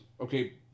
Okay